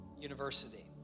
University